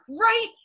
right